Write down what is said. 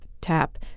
tap